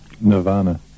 Nirvana